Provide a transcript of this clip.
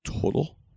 Total